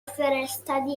فرستادی